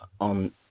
on